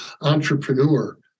entrepreneur